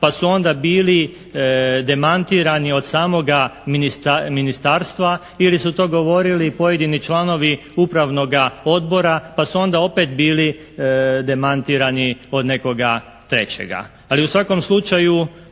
pa su onda bili demantirani od samoga ministarstva ili su to govorili pojedini članovi upravnoga odbora pa su onda opet bili demantirani od nekoga trećega. Ali u svakom slučaju